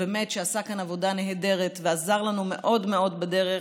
שעשה כאן עבודה נהדרת ועזר לנו מאוד מאוד בדרך,